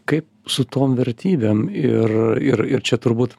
kai su tom vertybėm ir ir ir čia turbūt